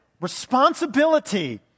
responsibility